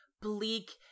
bleak